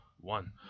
one